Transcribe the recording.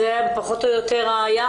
זה פחות או יותר היחס?